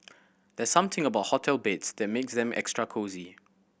there's something about hotel beds that makes them extra cosy